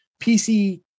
PC